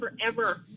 forever